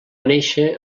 néixer